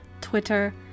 Twitter